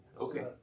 Okay